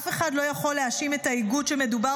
אף אחד לא יכול להאשים את האיגוד שמדובר